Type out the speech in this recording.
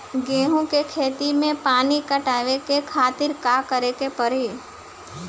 गेहूँ के खेत मे पानी पटावे के खातीर का करे के परी?